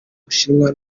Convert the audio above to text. bushinwa